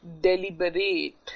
deliberate